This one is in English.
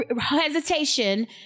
hesitation